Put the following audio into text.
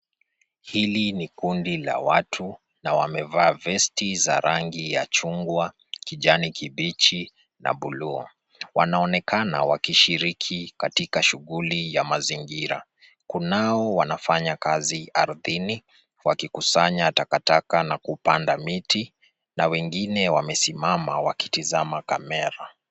Hili ni kundi la watu na wamevaa vesti za rangi ya chungwa, kijani kibichi na buluu. Wanaonekana wakishiriki katika shuguli ya mazingira. Kunao wanafanya kazi ardhini wakikusanya takataka na kupanda miti na wengine wamesimama wakitazama kamera.